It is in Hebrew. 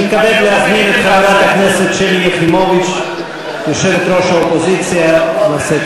זה ממש, זה כבר הופך למופע, לא רוצה לעשות